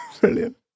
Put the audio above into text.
Brilliant